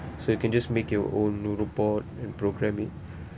so you can just make your own robot and programme it